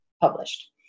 published